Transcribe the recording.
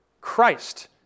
Christ